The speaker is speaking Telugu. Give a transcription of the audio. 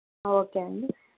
ఓకేనండి